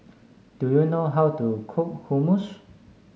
do you know how to cook Hummus